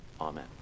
Amen